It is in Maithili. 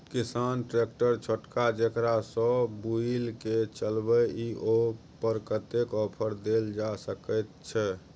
किसान ट्रैक्टर छोटका जेकरा सौ बुईल के चलबे इ ओय पर कतेक ऑफर दैल जा सकेत छै?